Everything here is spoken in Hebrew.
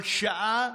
כל שעה,